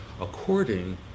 according